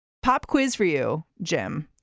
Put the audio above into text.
pop quiz for you, jim.